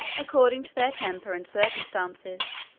according to their temper and circumstances,